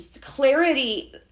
clarity